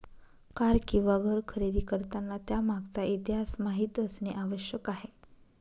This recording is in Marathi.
कार किंवा घर खरेदी करताना त्यामागचा इतिहास माहित असणे आवश्यक आहे